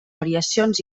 variacions